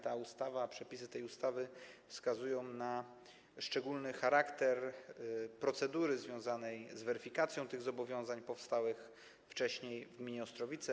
Ta ustawa, przepisy tej ustawy wskazują na szczególny charakter procedury związanej z weryfikacją zobowiązań powstałych wcześniej w gminie Ostrowice.